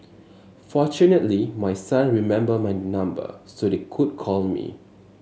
fortunately my son remembered my number so they could call me